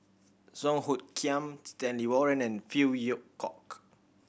Song Hoot Kiam Stanley Warren and Phey Yew Kok